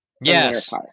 Yes